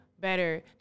Better